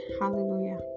hallelujah